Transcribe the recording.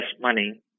money